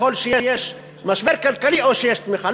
ככל שיש משבר כלכלי או שיש צמיחה.